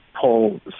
pull